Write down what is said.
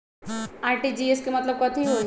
RTGS के मतलब कथी होइ?